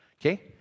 Okay